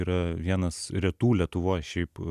yra vienas retų lietuvoj šiaip